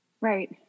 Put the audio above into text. Right